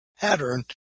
pattern